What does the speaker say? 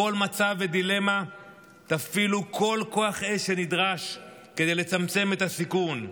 בכל מצב ודילמה תפעילו כל כוח אש שנדרש כדי לצמצם את הסיכון.